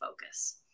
focus